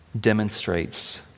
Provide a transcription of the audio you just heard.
demonstrates